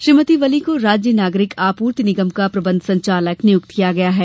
श्रीमती वली को राज्य नागरिक आपूर्ति निगम का प्रबंध संचालक नियुक्त किया गया है